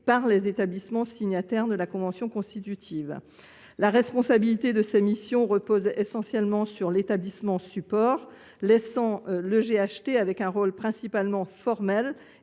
par les établissements signataires de la convention constitutive. La responsabilité de ces missions repose essentiellement sur l’établissement support, tandis que le GHT joue un rôle formel